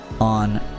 on